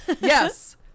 Yes